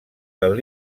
del